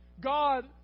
God